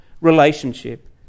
relationship